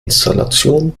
installation